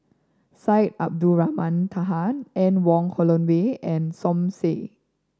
Syed Abdulrahman Taha Anne Wong Holloway and Som Said